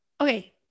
Okay